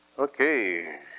Okay